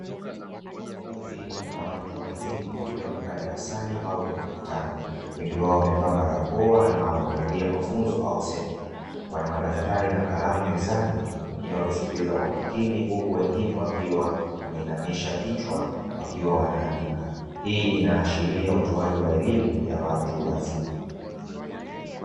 Kundi la watu wazima wakiwa wamekaa darasani au kwenye mkutano wengi wao wamevaa barakoa na wanahudhuria mafunzo au semina wana madaftari na kalamu mezani wengine wakisikiliza kwa makini huku, wengine wakiwa wameinamisha kichwa wakiwa wanaandika. Hii inaashiria utoaji wa elimu ya watu wazima.